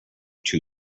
too